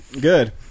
Good